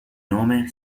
nome